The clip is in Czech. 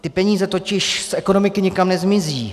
Ty peníze totiž z ekonomiky nikam nezmizí.